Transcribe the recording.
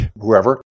Whoever